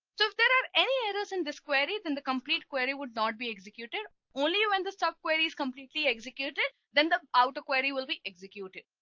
so if there are any errors in this query then the complete query would not be executed only when the stock query is completely executed. then the outer query will be executed.